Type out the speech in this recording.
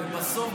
בסוף,